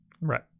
Right